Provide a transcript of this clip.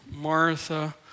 Martha